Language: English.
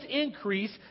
increase